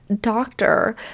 doctor